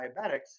diabetics